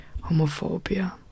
Homophobia